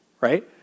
Right